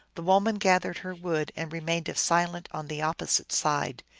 the woman gathered her wood, and remained as silent on the opposite side.